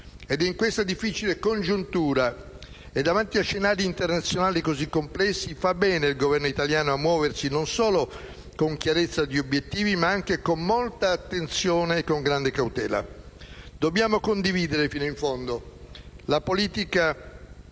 In questa difficile congiuntura, davanti a scenari internazionali così complessi, fa bene il Governo italiano a muoversi non solo con chiarezza di obiettivi, ma anche con molta attenzione e con grande cautela. Dobbiamo condividere fino in fondo una politica che